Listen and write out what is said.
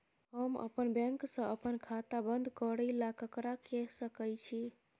हम अप्पन बैंक सऽ अप्पन खाता बंद करै ला ककरा केह सकाई छी?